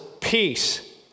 peace